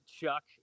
Chuck